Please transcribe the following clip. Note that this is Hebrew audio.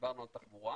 דיברנו על תחבורה,